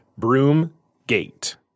Broomgate